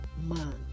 man